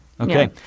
Okay